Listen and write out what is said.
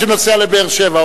מי שנוסע לבאר-שבע,